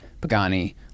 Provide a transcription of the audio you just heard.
Pagani